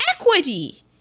Equity